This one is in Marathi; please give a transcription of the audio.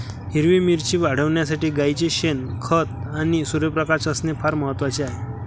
हिरवी मिरची वाढविण्यासाठी गाईचे शेण, खत आणि सूर्यप्रकाश असणे फार महत्वाचे आहे